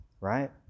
right